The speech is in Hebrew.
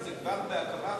וזה כבר בהקמה.